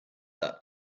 that